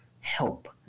help